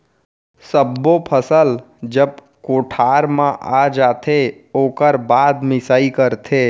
सब्बो फसल जब कोठार म आ जाथे ओकर बाद मिंसाई करथे